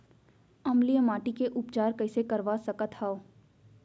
अम्लीय माटी के उपचार कइसे करवा सकत हव?